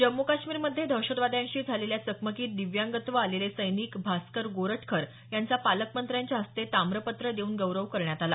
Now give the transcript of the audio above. जम्मू काश्मिरमध्ये दहशतवाद्यांशी झालेल्या चकमकीत दिव्यांगत्व आलेले सैनिक भास्कर गोरठकर यांचा पालकमंत्र्यांच्या हस्ते ताम्रपत्र देवून गौरव करण्यात आला